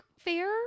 Fair